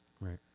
Right